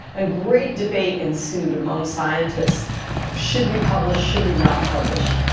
and great debate ensued among scientists should we publish, should we not publish?